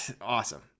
Awesome